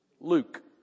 Luke